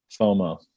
FOMO